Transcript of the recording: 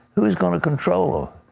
who is going to control